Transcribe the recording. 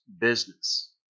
Business